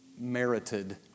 merited